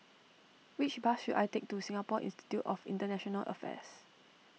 which bus should I take to Singapore Institute of International Affairs